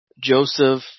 Joseph